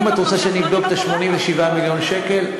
אם את רוצה שאבדוק את 87 מיליון השקל,